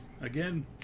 again